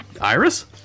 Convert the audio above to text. Iris